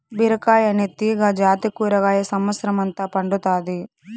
బీరకాయ అనే తీగ జాతి కూరగాయ సమత్సరం అంత పండుతాది